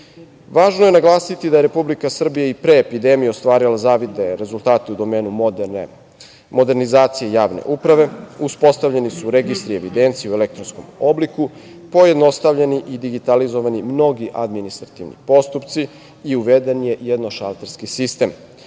je naglasiti da je Republike Srbije i pre epidemije ostvarila zavidne rezultate modernizacije javne uprave. Uspostavljeni registri evidencije u elektronskom obliku, pojednostavljeni i digitalizovani mnogi administrativni postupci i uveden je jednošalterski sistem.